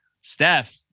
Steph